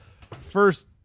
first